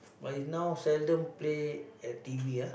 but is now seldom play at t_v ah